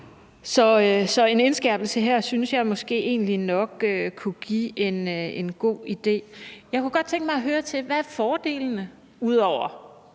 Så en indskærpelse her synes jeg måske egentlig nok kunne være en god idé. Jeg kunne godt tænke mig at høre, hvad fordelene er,